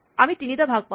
আমি তিনিটা ভাগ পাওঁ